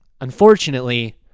unfortunately